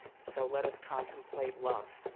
so let us contemplate love.